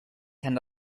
kann